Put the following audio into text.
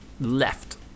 Left